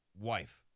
wife